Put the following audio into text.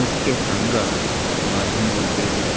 മുഖ്യ പങ്കാണ് മാധ്യമങ്ങൾ ചെയ്യുന്നത്